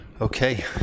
Okay